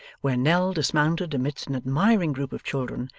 where nell dismounted amidst an admiring group of children,